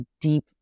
deep